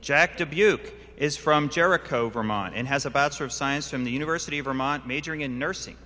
jack dubuque is from jericho vermont and has about sort of science from the university of vermont majoring in nursing